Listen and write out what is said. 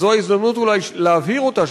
שאולי זו ההזדמנות להבהיר אותה,